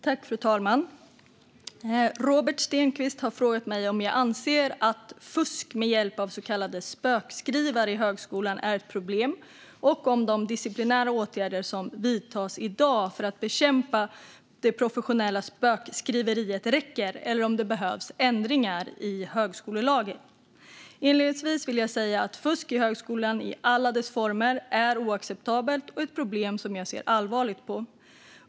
Fru talman! Robert Stenkvist har frågat mig om jag anser att fusk med hjälp av så kallade spökskrivare i högskolan är ett problem och om de disciplinära åtgärder som vidtas i dag för att bekämpa det professionella spökskriveriet räcker eller om det behövs ändringar i högskolelagen. Inledningsvis vill jag säga att fusk i högskolan i alla dess former är oacceptabelt och ett problem som jag ser allvarligt på.